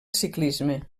ciclisme